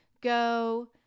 go